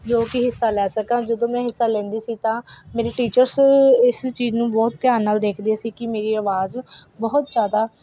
ਜੋ ਕਿ ਹਿੱਸਾ ਲੈ ਸਕਾਂ ਜਦੋਂ ਮੈਂ ਹਿੱਸਾ ਲੈਂਦੀ ਸੀ ਤਾਂ ਮੇਰੀ ਟੀਚਰਸ ਇਸ ਚੀਜ਼ ਨੂੰ ਬਹੁਤ ਧਿਆਨ ਨਾਲ ਦੇਖਦੇ ਸੀ ਕਿ ਮੇਰੀ ਆਵਾਜ਼ ਬਹੁਤ ਜ਼ਿਆਦਾ